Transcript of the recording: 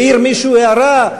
העיר מישהו הערה,